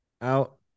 out